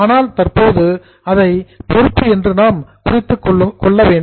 ஆனால் தற்போது அதை லியாபிலிடீ பொறுப்பு என்று குறித்துக் கொள்ளுங்கள்